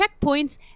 checkpoints